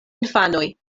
infanoj